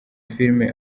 filimi